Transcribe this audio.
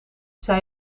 zij